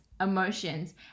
emotions